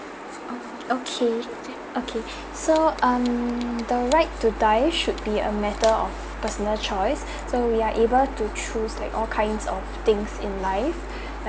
oh okay okay so um the right to die should be a matter of personal choice so we are able to choose like all kind of things in life